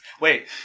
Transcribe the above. Wait